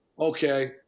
okay